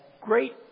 great